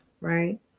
right